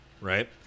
right